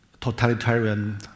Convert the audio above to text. totalitarian